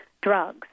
drugs